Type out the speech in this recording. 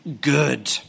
good